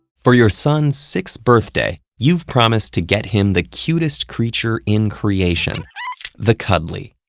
for your son's sixth birthday, you've promised to get him the cutest creature in creation the cuddly.